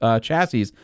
chassis